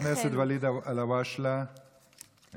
חבר הכנסת ואליד אלהואשלה, איננו.